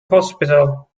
hospital